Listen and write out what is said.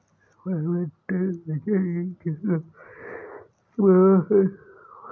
government budget एक तरह का वार्षिक वित्तीय विवरण है